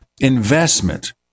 investment